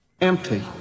Empty